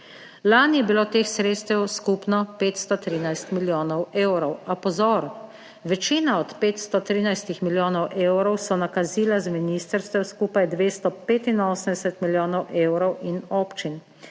Lani je bilo teh sredstev skupno 513 milijonov evrov. A pozor, večina od 513 milijonov evrov so nakazila z ministrstev skupaj 285 milijonov evrov in občin.